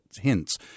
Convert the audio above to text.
hints